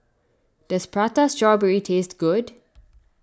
does Prata Strawberry taste good